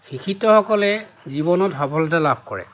শিক্ষিতসকলে জীৱনত সফলতা লাভ কৰে